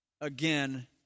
again